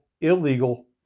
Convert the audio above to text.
illegal